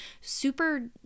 super